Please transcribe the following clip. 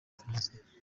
tuniziya